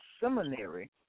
Seminary